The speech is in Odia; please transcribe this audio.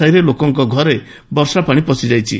ସାହିରେ ଲୋକଙ୍କ ଘର ବର୍ଷପାଣି ପଶିଯାଇଛି